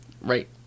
Right